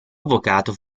avvocato